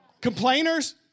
Complainers